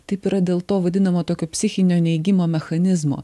taip yra dėl to vadinamo tokio psichinio neigimo mechanizmo